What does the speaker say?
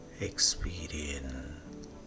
Experience